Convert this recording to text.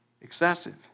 Excessive